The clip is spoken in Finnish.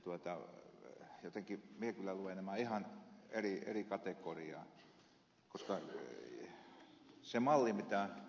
urheilu on urheilua ja jotenkin minä kyllä luen nämä ihan eri kategorioihin koska se mallihan mitä ed